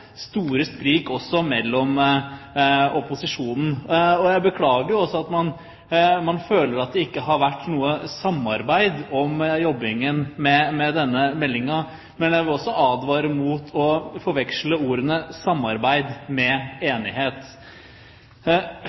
store sprik også mellom opposisjonspartiene. Jeg beklager at man føler at det ikke har vært noe samarbeid i jobbingen med denne meldingen, men jeg vil advare mot å forveksle ordet «samarbeid» med enighet.